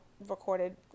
recorded